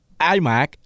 iMac